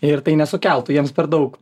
ir tai nesukeltų jiems per daug